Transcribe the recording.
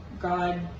God